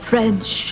French